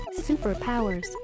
superpowers